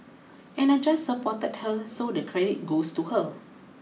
and I just supported her so the credit goes to her